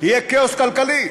יהיה כאוס כלכלי.